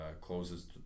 closes